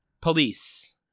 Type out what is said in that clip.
Police